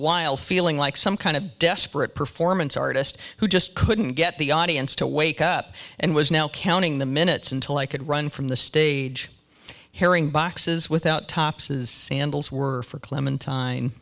while feeling like some kind of desperate performance artist who just couldn't get the audience to wake up and was now counting the minutes until i could run from the stage hearing boxes without tops is sandals were for clementine